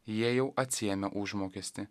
jie jau atsiėmė užmokestį